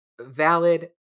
valid